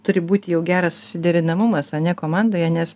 turi būti jau geras susiderinamumas ane komandoje nes